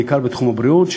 בעיקר בתחום הבריאות,